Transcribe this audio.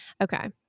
Okay